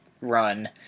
run